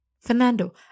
Fernando